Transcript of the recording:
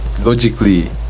logically